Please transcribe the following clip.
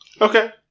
Okay